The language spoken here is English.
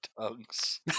tongues